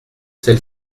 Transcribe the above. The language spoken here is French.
celle